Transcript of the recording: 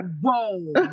whoa